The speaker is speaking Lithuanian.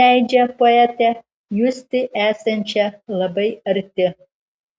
leidžia poetę justi esančią labai arti